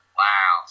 wow